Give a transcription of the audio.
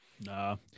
No